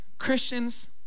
Christians